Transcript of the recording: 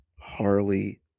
Harley